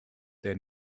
their